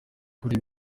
kureba